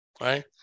right